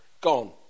Gone